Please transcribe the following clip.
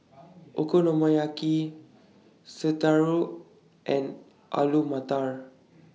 Okonomiyaki Sauerkraut and Alu Matar